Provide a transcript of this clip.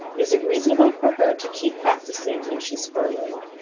is it reasonable for her to keep practicing when she's furloughed?